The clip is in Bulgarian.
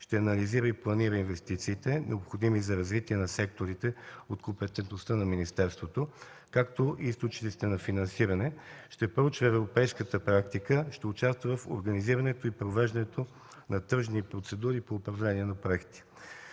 ще анализира и планира инвестициите, необходими за развитие на секторите от компетентността на министерството, както и източниците на финансиране, ще проучва европейската практика, ще участва в организирането и провеждането на тръжни процедури по управление на проекти.